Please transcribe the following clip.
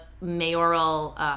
mayoral